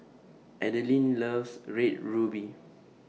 Adelyn loves Red Ruby